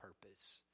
purpose